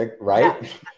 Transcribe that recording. right